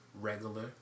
regular